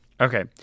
Okay